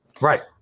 Right